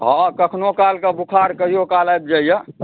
हँ कखनो कालके बोखार कहिओ काल आबि जाइए